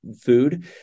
food